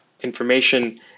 information